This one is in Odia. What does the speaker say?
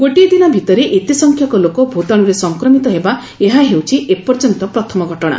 ଗୋଟିଏ ଦିନ ଭିତରେ ଏତେ ସଂଖ୍ୟକ ଲୋକ ଭୂତାଣୁରେ ସଂକ୍ରମିତ ହେବା ଏହା ହେଉଛି ଏପର୍ଯ୍ୟନ୍ତ ପ୍ରଥମ ଘଟଣା